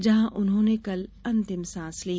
जहां उन्होंने कल अंतिम सांस ली